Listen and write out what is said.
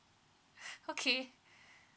okay